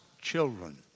children